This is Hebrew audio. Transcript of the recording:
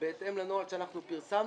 בהתאם לנוהל שאנחנו פרסמנו.